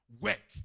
work